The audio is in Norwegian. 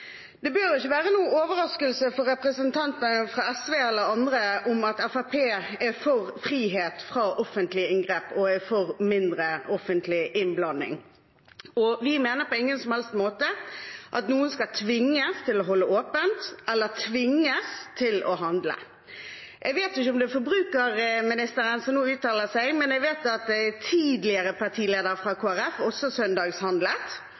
Det bør ikke være noen overraskelse for representanter fra SV eller andre at Fremskrittspartiet er for frihet fra offentlige inngrep og for mindre offentlig innblanding, og vi mener på ingen som helst måte at noen skal tvinges til å holde åpent eller tvinges til å handle. Jeg vet ikke om det er forbrukerministeren som nå uttaler seg, men jeg vet at en tidligere partileder fra Kristelig Folkeparti også søndagshandlet.